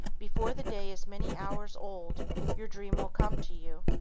before the day is many hours old your dream will come to you.